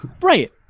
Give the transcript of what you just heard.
Right